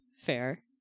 Fair